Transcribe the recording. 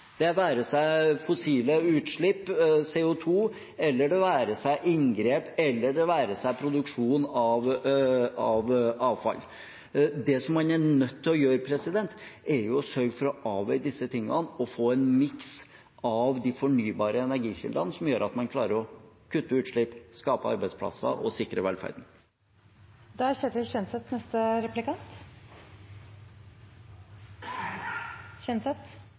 det være seg fossile utslipp, CO 2 , det være seg inngrep, eller det være seg produksjon av avfall. Det som man er nødt til å gjøre, er å sørge for å avveie disse tingene og få en miks av de fornybare energikildene som gjør at man klarer å kutte utslipp, skape arbeidsplasser og sikre